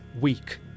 weak